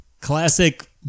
Classic